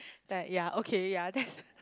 then I like ya okay ya that's